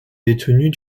détenus